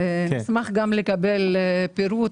אשמח לקבל פירוט,